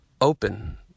open